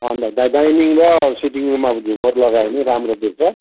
अन्त डाइ डाइनिङ र सिटिङ रुममा अब झुमर लगायो भने राम्रो देख्छ